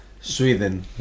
sweden